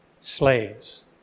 Slaves